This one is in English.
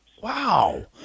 Wow